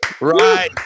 Right